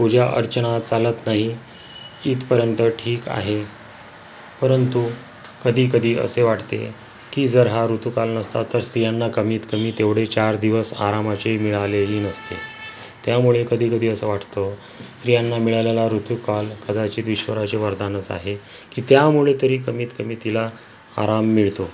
पूजा अर्चना चालत नाही इथपर्यंत ठीक आहे परंतु कधीकधी असे वाटते की जर हा ऋतूकाल नसता तर स्त्रियांना कमीत कमी तेवढे चार दिवस आरामाचे मिळाले ही नसते त्यामुळे कधी कधी असं वाटतं स्त्रियांना मिळालेला ऋतूकाल कदाचित ईश्वराचे वरदानच आहे की त्यामुळे तरी कमीत कमी तिला आराम मिळतो